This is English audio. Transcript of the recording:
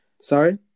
Sorry